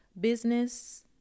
business